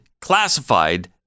classified